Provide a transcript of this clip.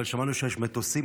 אבל שמענו שיש מטוסים,